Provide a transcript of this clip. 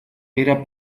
era